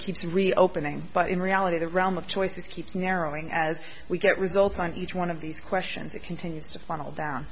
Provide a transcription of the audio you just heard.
keeps reopening but in reality the realm of choices keeps narrowing as we get result on each one of these questions it continues to funnel down